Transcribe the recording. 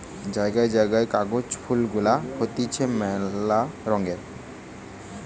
জায়গায় জায়গায় কাগজ ফুল গুলা হতিছে মেলা রঙের